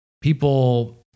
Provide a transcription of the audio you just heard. people